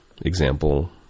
example